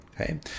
Okay